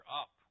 up